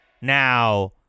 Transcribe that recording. now